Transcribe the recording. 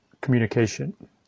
communication